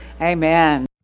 Amen